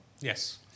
Yes